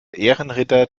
ehrenritter